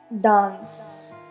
Dance